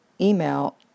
email